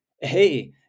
hey